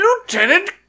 lieutenant